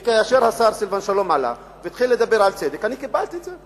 וכאשר השר סילבן שלום עלה והתחיל לדבר על צדק אני קיבלתי את זה,